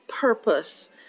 purpose